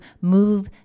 move